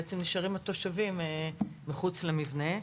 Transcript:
בעצם נשארים התושבים מחוץ למבנה.